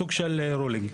סוג של "רולינג".